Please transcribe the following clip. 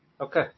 Okay